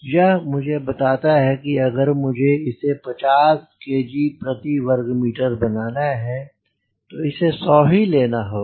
यह मुझे बताता है कि अगर मुझे इसे 50 kg प्रति वर्ग मीटर बनाना है तो इसे 100 ही लेना होगा